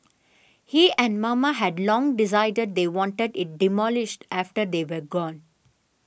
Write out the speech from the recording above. he and mama had long decided they wanted it demolished after they were gone